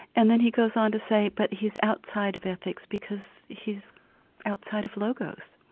and then he goes on to say, but he's outside of ethics because he's outside of logos.